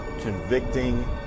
convicting